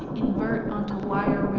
invert onto wire rack,